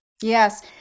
Yes